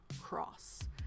cross